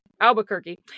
Albuquerque